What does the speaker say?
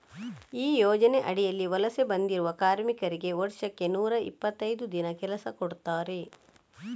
ಈ ಯೋಜನೆ ಅಡಿಯಲ್ಲಿ ವಲಸೆ ಬಂದಿರುವ ಕಾರ್ಮಿಕರಿಗೆ ವರ್ಷಕ್ಕೆ ನೂರಾ ಇಪ್ಪತ್ತೈದು ದಿನ ಕೆಲಸ ಕೊಡ್ತಾರೆ